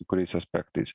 kai kuriais aspektais